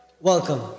welcome